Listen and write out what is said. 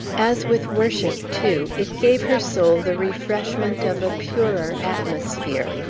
as with worship, too, it gave her soul the refreshment of a purer atmosphere.